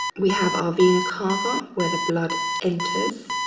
we have our vena cava where the blood enters.